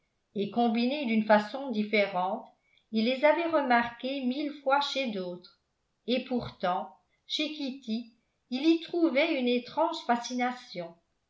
et combinées d'une façon différente il les avait remarquées mille fois chez d'autres et pourtant chez kitty il y trouvait une étrange fascination